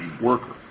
worker